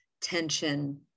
tension